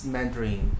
Mandarin